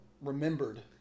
remembered